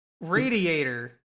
Radiator